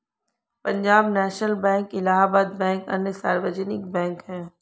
Punjab national bank Allahabad bank अन्य सार्वजनिक bank है